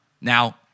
Now